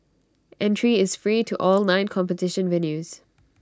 entry is free to all nine competition venues